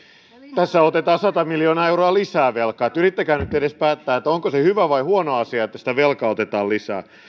tässä otetaan sata miljoonaa euroa lisää velkaa niin että yrittäkää nyt edes päättää onko se hyvä vai huono asia että sitä velkaa otetaan lisää